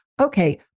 okay